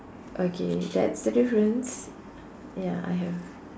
okay that's the difference ya I have